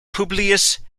publius